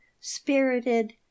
spirited